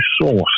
source